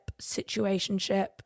situationship